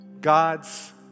God's